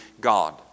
God